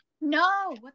No